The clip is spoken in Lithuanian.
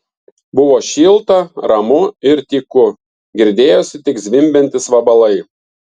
buvo šilta ramu ir tyku girdėjosi tik zvimbiantys vabalai